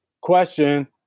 question